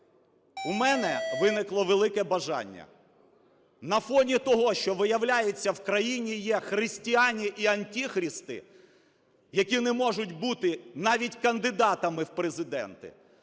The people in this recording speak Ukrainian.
у мене виникло велике бажання на фоні того, що, виявляється, в країні є "христиане и антихристы", які не можуть бути навіть кандидатами в президенти,